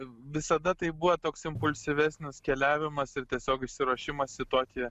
visada tai buvo toks impulsyvesnis keliavimas ir tiesiog išsiruošimas į tokį